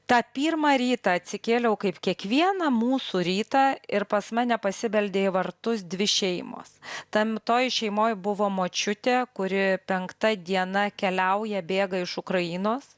tą pirmą rytą atsikėliau kaip kiekvieną mūsų rytą ir pas mane pasibeldė į vartus dvi šeimos tam toj šeimoj buvo močiutė kuri penkta diena keliauja bėga iš ukrainos